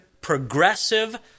progressive